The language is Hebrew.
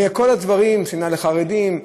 שנאה לחרדים,